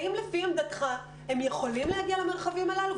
האם לפי עמדתך הם יכולים וצריכים להגיע למרחבים הללו?